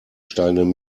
steigenden